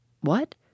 What